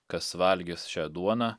kas valgys šią duoną